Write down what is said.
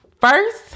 First